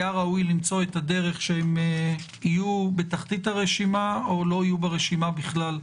היה ראוי למצוא את הדרך שהם יהיו בתחתית הרשימה או לא יהיו ברשימה בכלל.